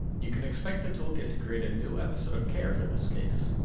you can expect the toolkit to create a new episode of care for this case.